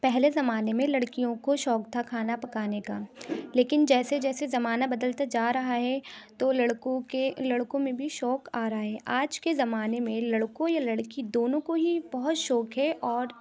پہلے زمانے میں لڑکیوں کو شوق تھا کھانا پکانے کا لیکن جیسے جیسے زمانہ بدلتا جا رہا ہے تو لڑکوں کے لڑکوں میں بھی شوق آ رہا ہے آج کے زمانے میں لڑکوں یا لڑکی دونوں کو ہی بہت شوق ہے اور